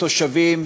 התושבים,